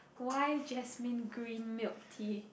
why jasmine green milk tea